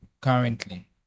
currently